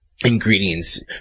ingredients